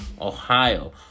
Ohio